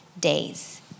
days